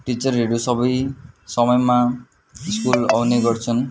टिचरहरू सबै समयमा स्कुल आउने गर्छन्